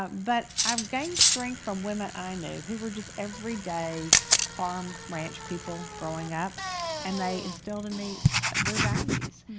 but i've gained strength from women i knew who were just every day farm ranch people growing up and they instilled in me their values.